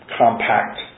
compact